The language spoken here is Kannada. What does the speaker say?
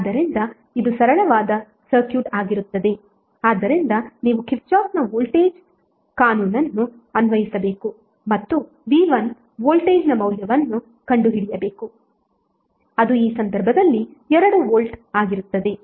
ಆದ್ದರಿಂದ ಇದು ಸರಳವಾದ ಸರ್ಕ್ಯೂಟ್ ಆಗಿರುತ್ತದೆ ಆದ್ದರಿಂದ ನೀವು ಕಿರ್ಚಾಫ್ನ ವೋಲ್ಟೇಜ್ ಕಾನೂನನ್ನು ಅನ್ವಯಿಸಬೇಕು ಮತ್ತು v1 ವೋಲ್ಟೇಜ್ನ ಮೌಲ್ಯವನ್ನು ಕಂಡುಹಿಡಿಯಬೇಕು ಅದು ಈ ಸಂದರ್ಭದಲ್ಲಿ 2 ವೋಲ್ಟ್ ಆಗಿರುತ್ತದೆ